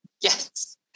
Yes